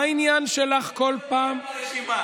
מה העניין שלך כל פעם, זה לא שם הרשימה.